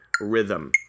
rhythm